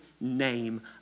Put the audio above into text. name